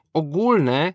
ogólne